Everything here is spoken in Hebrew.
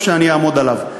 שאני אעמוד עליו.